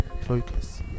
focus